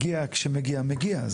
כשמגיע מגיע.